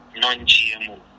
non-gmo